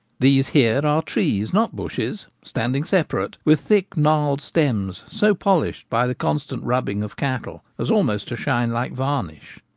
these here are trees, not bushes, standing separate, with thick gnarled stems so polished by the constant rubbing of cattle as almost to shine like varnish.